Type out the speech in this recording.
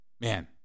Man